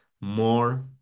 more